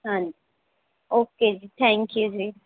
ਹਾਂਜੀ ਓਕੇ ਜੀ thank you ਜੀ